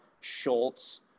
Schultz